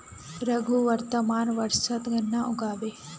रघु वर्तमान वर्षत गन्ना उगाबे